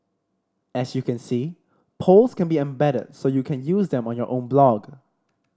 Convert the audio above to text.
as you can see polls can be embedded so you can use them on your own blog